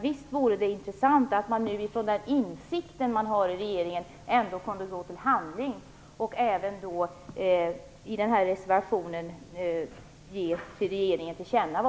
Visst vore det intressant om regeringen, med den insikt den har, kunde gå till handling och också om det som har framförts i reservationen kunde ges regeringen till känna.